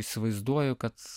įsivaizduoju kad